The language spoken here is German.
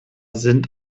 sind